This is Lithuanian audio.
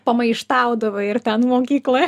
pamaištaudavai ir ten mokykloj